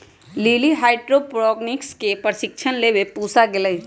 lily hydroponics के प्रशिक्षण लेवे पूसा गईलय